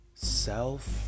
Self